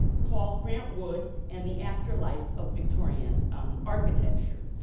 called grant wood and the after-life of victorian architecture.